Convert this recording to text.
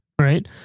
right